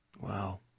Wow